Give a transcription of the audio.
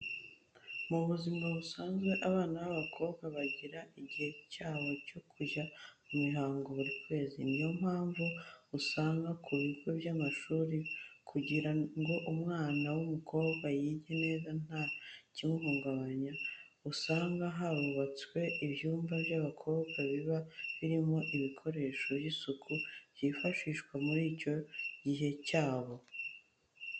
Mu buzima busanzwe abana b'abakobwa bagira igihe cyabo cyo kujya mu mihango buri kwezi. Ni yo mpamvu uzasanga ku bigo by'amashuri kugira ngo umwana w'umukobwa yige neza nta kimubangamiye, usanga harubatswe ibyumba by'abakobwa biba birimo ibikoresho by'isuku bifashisha muri icyo gihe cyabo.